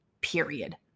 period